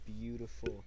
beautiful